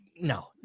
no